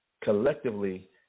collectively